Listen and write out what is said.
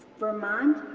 vermont,